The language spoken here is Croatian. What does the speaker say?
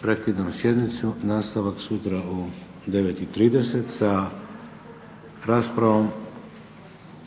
Prekidam sjednicu, nastavak sutra u 9,30 sa raspravom